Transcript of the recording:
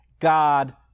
God